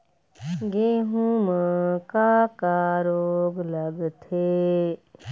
गेहूं म का का रोग लगथे?